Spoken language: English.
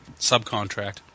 subcontract